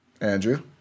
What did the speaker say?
Andrew